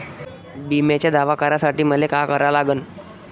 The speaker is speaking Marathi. बिम्याचा दावा करा साठी मले का करा लागन?